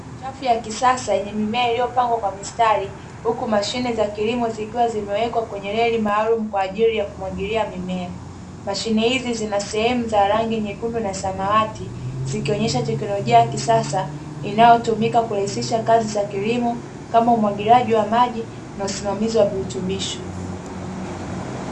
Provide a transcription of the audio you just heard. Chafu ya kisasa yenye mimea iliyopangwa kwa mistari, huku mashine za kilimo zikiwa zimewekwa kwenye reli maalumu kwa ajili ya kumwagilia mimea. Mashine hizi zina sehemu za rangi nyekundu na samawati, zikionyesha teknolojia ya kisasa inayotumika kurahisisha kazi za kilimo kama umwagiliaji wa maji na usimamizi wa virutubisho.